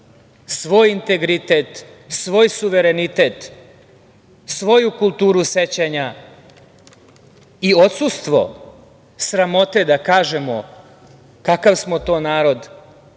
svoj integritet, svoj suverenitet, svoju kulturu sećanja i odsustvo sramote da kažemo kakav smo to narod,